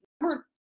Number